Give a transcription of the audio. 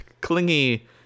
clingy